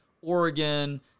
Oregon